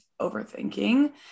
overthinking